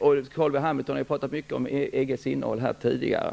och Carl B. Hamilton har talat mycket om EG:s innehåll tidigare.